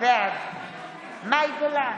בעד מאי גולן,